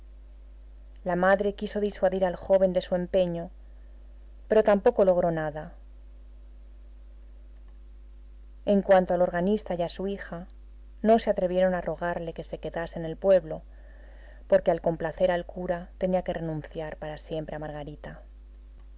la madre quiso disuadir al joven de su empeño pero tampoco logró nada en cuando al organista y a su hija no se atrevieron a rogarle que se quedase en el pueblo porque al complacer al cura tenía que renunciar para siempre a margarita